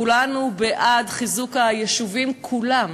כולנו בעד חיזוק היישובים כולם.